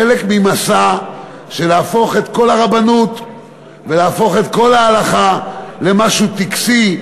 חלק ממסע של להפוך את כל הרבנות ולהפוך את כל ההלכה למשהו טקסי,